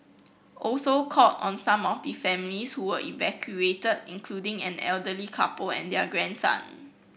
also called on some of the families who were evacuated including an elderly couple and their grandson